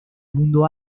mundo